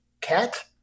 cat